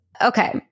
Okay